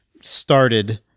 started